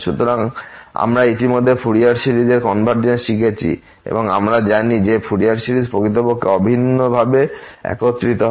সুতরাং আমরা ইতিমধ্যেই ফুরিয়ার সিরিজের কনভারজেন্স শিখেছি এবং আমরা জানি যে ফুরিয়ার সিরিজ প্রকৃতপক্ষে অভিন্নভাবে একত্রিত হয়